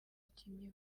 abakinnyi